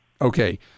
Okay